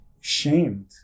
shamed